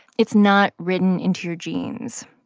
it's not written into your genes,